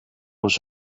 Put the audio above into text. was